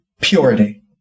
purity